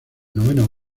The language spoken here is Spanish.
noveno